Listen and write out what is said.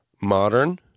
modern